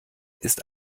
ist